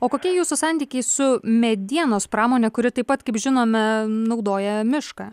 o kokie jūsų santykiai su medienos pramone kuri taip pat kaip žinome naudoja mišką